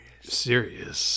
serious